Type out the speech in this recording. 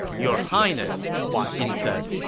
your highness, hua xin said,